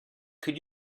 could